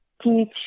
teach